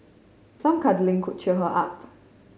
some cuddling could cheer her up